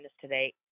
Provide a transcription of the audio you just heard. today